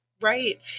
Right